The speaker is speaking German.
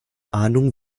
ahnung